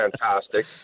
fantastic